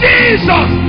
Jesus